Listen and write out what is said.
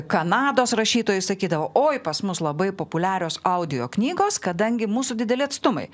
kanados rašytojai sakydavo oi pas mus labai populiarios audio knygos kadangi mūsų dideli atstumai